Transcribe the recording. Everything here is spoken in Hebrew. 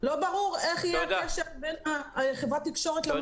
לא ברור איך יהיה הקשר בין חברת התקשורת למאגר.